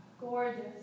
gorgeous